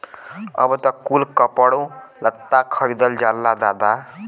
अब त कुल कपड़ो लत्ता खरीदल जाला दादा